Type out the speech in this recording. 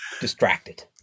distracted